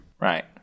Right